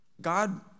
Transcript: God